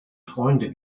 freunde